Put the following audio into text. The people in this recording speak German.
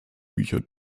bücher